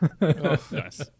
Nice